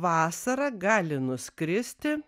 vasarą gali nuskristi